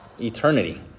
eternity